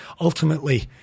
ultimately